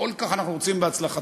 שאנחנו כל כך רוצים בהצלחתו,